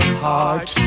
heart